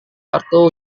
kartu